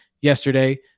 yesterday